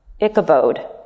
Ichabod